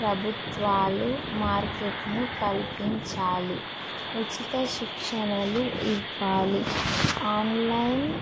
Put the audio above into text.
ప్రభుత్వాలు మార్కెట్ను కల్పించాలి ఉచిత శిక్షణలు ఇవ్వాలి ఆన్లైన్